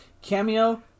Cameo